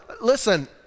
listen